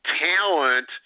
talent –